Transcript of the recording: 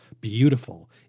beautiful